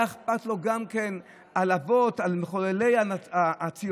היה אכפת לו גם מאבות הציונות, מחוללי הציונות.